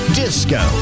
disco